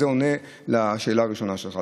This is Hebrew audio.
זה עונה לשאלה הראשונה שלך.